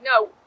no